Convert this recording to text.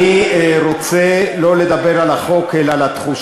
זהו, הם לא קראו את החומר ולא תשכנע